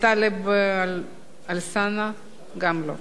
טלב אלסאנע, לא נמצא.